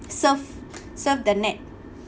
serve serve the net